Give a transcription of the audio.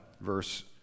verse